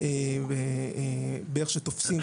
לכן יש שאלה לגבי הרלוונטיות של ההגנה במישור הזה.